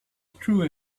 true